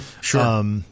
sure